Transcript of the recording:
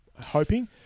hoping